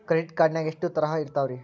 Credit card ನಾಗ ಎಷ್ಟು ತರಹ ಇರ್ತಾವ್ರಿ?